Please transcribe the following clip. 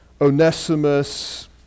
Onesimus